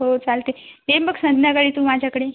हो चालते ये मग संध्याकाळी तू माझ्याकडे